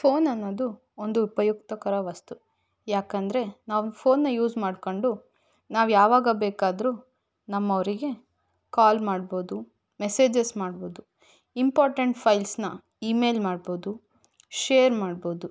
phone ಅನ್ನೋದು ಒಂದು ಉಪಯುಕ್ತಕರ ವಸ್ತು ಯಾಕಂದರೆ ನಾವು ಫೋನನ್ನ ಯೂಸ್ ಮಾಡ್ಕೊಂಡು ನಾವು ಯಾವಾಗ ಬೇಕಾದರೂ ನಮ್ಮವರಿಗೆ ಕಾಲ್ ಮಾಡ್ಬೋದು ಮೆಸೇಜಸ್ ಮಾಡ್ಬೋದು ಇಂಪಾರ್ಟೆಂಟ್ ಫೈಲ್ಸನ್ನ ಇಮೇಲ್ ಮಾಡ್ಬೋದು ಶೇರ್ ಮಾಡ್ಬೋದು